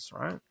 right